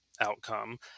outcome